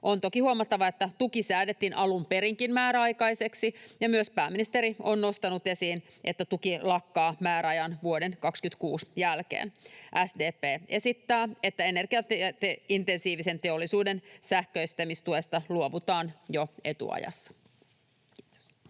On toki huomattava, että tuki säädettiin alun perinkin määräaikaiseksi, ja myös pääministeri on nostanut esiin, että tuki lakkaa määräajan, vuoden 26, jälkeen. SDP esittää, että energiaintensiivisen teollisuuden sähköistämistuesta luovutaan jo etuajassa. [Speech